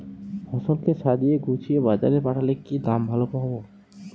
ফসল কে সাজিয়ে গুছিয়ে বাজারে পাঠালে কি দাম ভালো পাব?